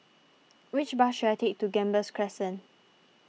which bus should I take to Gambas Crescent